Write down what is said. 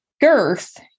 girth